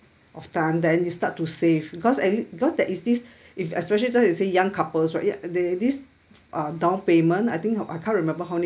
of time then you start to save cause at least cause there is this if especially just say young couples right ya the this uh downpayment I think how I can't remember how many